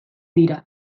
dira